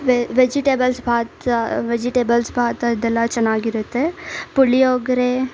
ವೆ vegetables bath vegetables bath ಅದೆಲ್ಲ ಚೆನ್ನಾಗಿರುತ್ತೆ ಪುಳಿಯೋಗರೆ